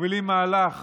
מובילים מהלך